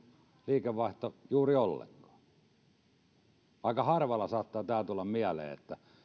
liikevaihto juuri ollenkaan aika harvalla saattaa tämä tulla mieleen vaan että